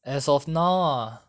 as of now ah